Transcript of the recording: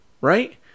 right